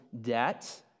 debt